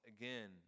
again